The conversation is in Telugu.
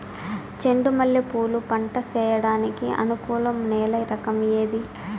చెండు మల్లె పూలు పంట సేయడానికి అనుకూలం నేల రకం ఏది